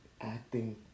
acting